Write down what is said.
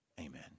amen